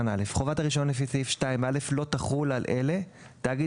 הרישיון לפי סעיף 2(א) לא תחול על אלה: תאגיד